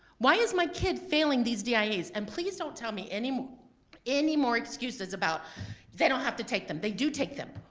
why is my kid failing these dias? and please don't tell me any more any more excuses about they don't have to take them! they do take them,